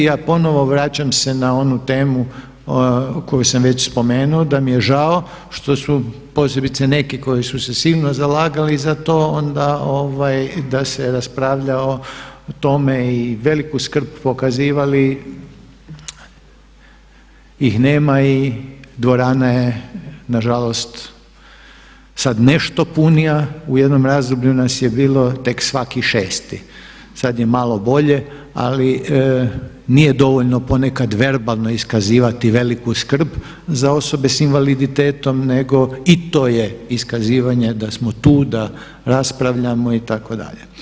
Ja ponovno vraćam se na onu temu koju sam već spomenuo, da mi je žao što su posebice neki koji su se silno zalagali za to, da se raspravlja o tome i veliku skrb pokazivali, ih nema i dvorana je nažalost sad nešto punija, u jednom razdoblju nas je bilo tek svaki 6-i, sad je malo bolje ali nije dovoljno ponekad verbalno iskazivati veliku skrb za osobe s invaliditetom nego i to je iskazivanje da smo tu, da raspravljamo itd.